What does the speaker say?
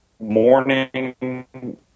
Morning